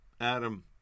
Adam